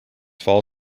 fall